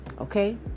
Okay